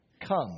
Come